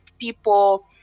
people